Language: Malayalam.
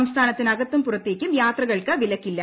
സംസ്ഥാനത്തിനകത്തും പുറത്തേക്കും യാത്രകൾക്ക് വിലക്കില്ല